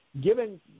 given